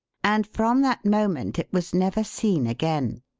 and from that moment it was never seen again.